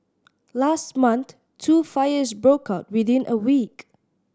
last month two fires broke out within a week